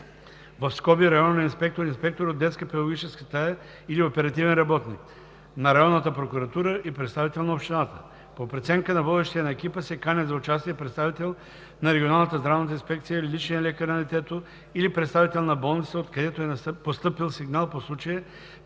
работи (районен инспектор, инспектор от детска педагогическа стая или оперативен работник), на районната прокуратура и представител на общината. По преценка на водещия на екипа се канят за участие представител на регионалната здравна инспекция, личният лекар на детето или представител на болницата, откъдето е постъпил сигнал по случая,